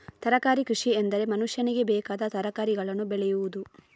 ತರಕಾರಿ ಕೃಷಿಎಂದರೆ ಮನುಷ್ಯನಿಗೆ ಬೇಕಾದ ತರಕಾರಿಗಳನ್ನು ಬೆಳೆಯುವುದು